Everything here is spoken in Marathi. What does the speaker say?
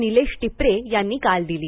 निलेश टापरे यांनी काल दिली